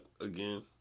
again